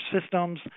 systems